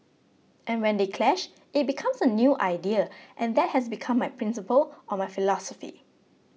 and when they clash it becomes a new idea and that has become my principle or my philosophy